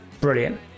Brilliant